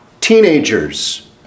teenagers